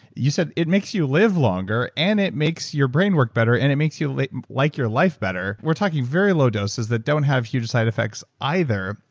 you said it makes you live longer, and it makes your brain work better, and it makes you like your life better. we're talking very low doses that don't have huge side effects either.